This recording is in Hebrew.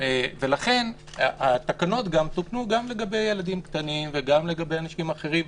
לכן התקנות תוקנו גם לגבי ילדים קטנים וגם לגבי אנשים אחרים,